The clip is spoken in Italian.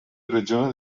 regioni